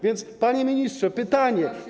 Więc, panie ministrze, pytanie.